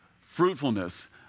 fruitfulness